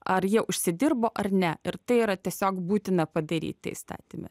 ar jie užsidirbo ar ne ir tai yra tiesiog būtina padaryti įstatyme